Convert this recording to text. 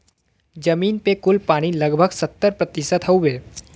जमीन पे कुल पानी लगभग सत्तर प्रतिशत हउवे